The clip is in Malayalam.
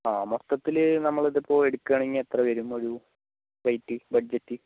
ആ മൊത്തത്തില് നമ്മൾ ഇതിപ്പോൾ എടുക്കാണെങ്കിൽ എത്ര വരും ഒരു റേറ്റ് ബജറ്റ്